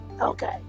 Okay